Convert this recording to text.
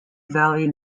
valley